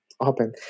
open